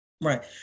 Right